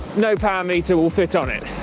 no power meter will fit on it.